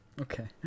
Okay